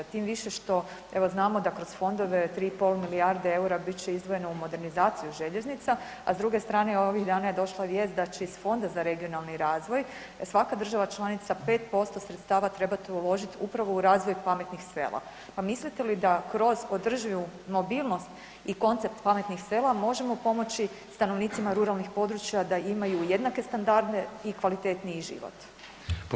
Tim više što evo znamo da kroz fondove 3,5 milijardi EUR-a bit će izdvojeno u modernizaciju željeznica, a s druge strane evo ovih dana je došla vijest da će iz Fonda za regionalni razvoj svaka država članica 5% sredstava trebati upravo u razvoj pametnih sela, pa mislite li da kroz podrživu mobilnosti i koncept pametnih sela možemo pomoći stanovnicima ruralnih područja da imaju jednake standarde i kvalitetniji život?